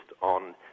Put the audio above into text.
on